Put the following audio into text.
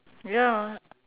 ya